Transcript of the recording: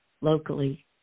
locally